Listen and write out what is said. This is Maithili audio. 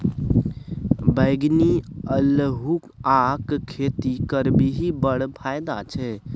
बैंगनी अल्हुआक खेती करबिही बड़ फायदा छै